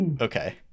okay